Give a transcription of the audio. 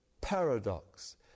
paradox